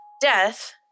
death